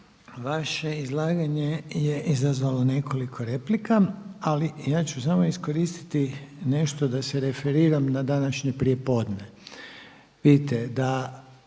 Vaše izlaganje je izazvalo nekoliko replika, ali ja ću samo iskoristiti nešto da se referiram na današnje prijepodne. Vidite, da